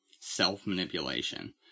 self-manipulation